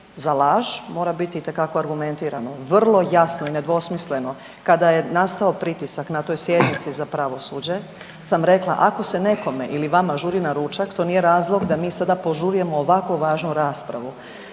za laž mora bit itekako argumentirano, vrlo jasno i nedvosmisleno. Kad je nastao pritisak na toj sjednici za pravosuđe sam rekla, ako se nekome ili vama žuri na ručak, to nije razlog ga mi sada požurujemo ovako važnu raspravu.